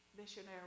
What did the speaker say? Missionary